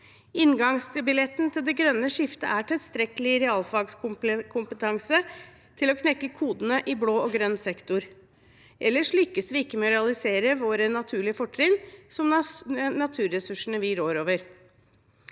Inngangsbilletten til det grønne skiftet er tilstrekkelig realfagskompetanse til å knekke kodene i blå og grønn sektor. Ellers lykkes vi ikke med å realisere våre naturlige fortrinn, som naturressursene vi rår over.